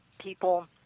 people